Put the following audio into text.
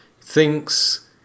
thinks